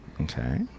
Okay